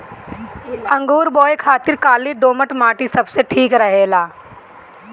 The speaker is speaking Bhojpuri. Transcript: अंगूर बोए खातिर काली दोमट माटी सबसे ठीक रहेला